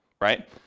right